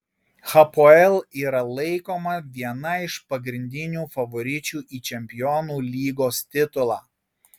hapoel yra laikoma viena iš pagrindinių favoričių į čempionų lygos titulą